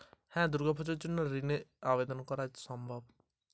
দুর্গাপূজার জন্য ঋণের আবেদন করা যাবে কি?